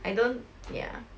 I don't ya